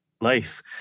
life